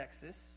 Texas